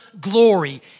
glory